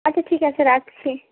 আচ্ছা ঠিক আছে রাখছি